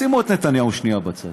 שימו את נתניהו שנייה בצד.